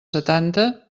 setanta